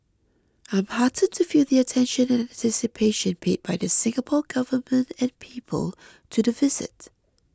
I'm heartened to feel the attention and anticipation paid by the Singapore Government and people to the visit